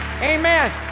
Amen